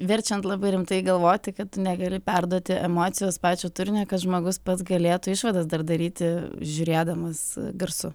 verčiant labai rimtai galvoti kad tu negali perduoti emocijos pačio turinio kad žmogus pats galėtų išvadas dar daryti žiūrėdamas garsu